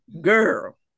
girl